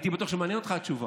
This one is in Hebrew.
הייתי בטוח שמעניינת אותך התשובה.